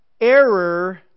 error